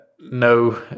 no